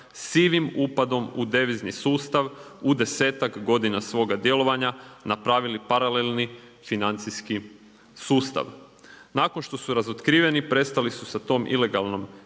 sivim upadom u devizni sustav u desetak godina svoga djelovanja napravili paralelni financijski sustav. Nakon što su razotkriveni prestali su sa tom ilegalnom